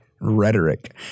Rhetoric